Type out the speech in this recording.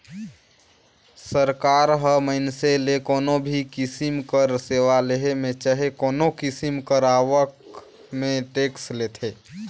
सरकार ह मइनसे ले कोनो भी किसिम कर सेवा लेहे में चहे कोनो किसिम कर आवक में टेक्स लेथे